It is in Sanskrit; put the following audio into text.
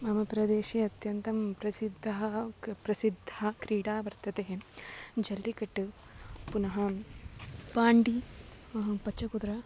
मम प्रदेशे अत्यन्तं प्रसिद्धा प्रसिद्धा क्रीडा वर्तते जल्लिकट्टु पुनः पाण्डि पच्चकुद्र